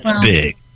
big